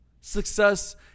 Success